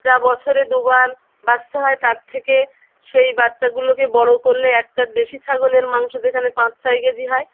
যা বছরে দুবার বাচ্চা হয় তার থেকে সেই বাচ্চাগুলোকে বড়ো করলে একটা দেশি ছাগলের মাংস যেখানে পাঁচ ছয় কেজি হয়